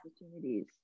opportunities